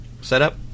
setup